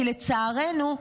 כי לצערנו,